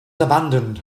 abandoned